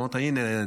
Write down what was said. אז אמרת: הינה,